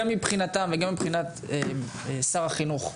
גם מבחינתם וגם מבחינת שר החינוך,